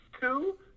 two